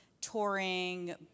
touring